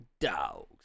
dogs